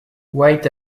white